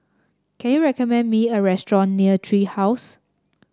can you recommend me a restaurant near Tree House